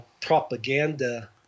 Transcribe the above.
propaganda